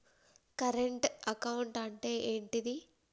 Current account అంటే ఏంటిది?